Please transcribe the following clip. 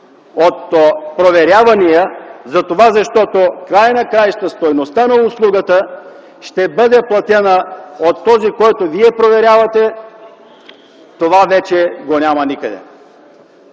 от проверявания, за това защото в края на краищата стойността на услугата ще бъде платена от този, който вие проверявате, това вече го няма никъде.